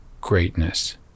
greatness